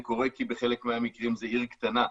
זה קורה כי בחלק מהמקרים זו עיר קטנה.